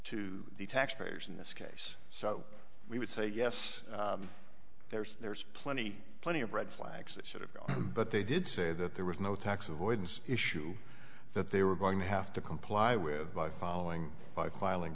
to the taxpayers in this case so we would say yes there's there's plenty plenty of red flags that should have gone but they did say that there was no tax avoidance issue that they were going to have to comply with by following by filing